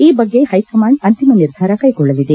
ಈ ಬಗ್ಗೆ ಹೈಕಮಾಂಡ್ ಅಂತಿಮ ನಿರ್ಧಾರ ಕೈಗೊಳ್ಳಲಿದೆ